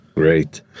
Great